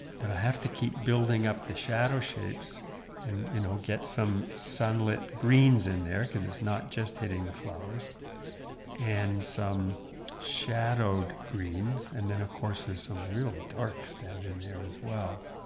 but i have to keep building up the shadow shapes and you know get some sunlit greens in there because it's not just hitting the flowers and some shadowed greens and then of course there's some real darks down in there as well